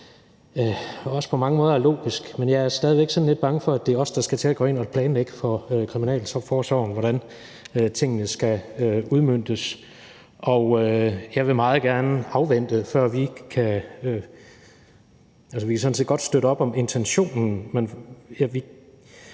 også på mange måder er logisk, men jeg er stadig væk sådan lidt bange for, at det er os, der skal til at gå ind at planlægge for kriminalforsorgen, hvordan tingene skal udmøntes. Jeg vil meget gerne afvente, før jeg kan sige, hvor vi står.